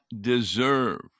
deserve